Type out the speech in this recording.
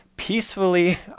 peacefully